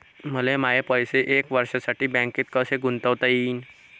मले माये पैसे एक वर्षासाठी बँकेत कसे गुंतवता येईन?